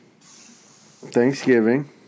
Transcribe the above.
Thanksgiving